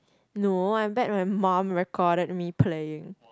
no I bet my mum recorded me playing